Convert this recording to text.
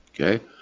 Okay